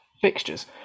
fixtures